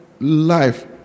life